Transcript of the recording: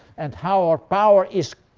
and how our power is